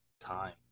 time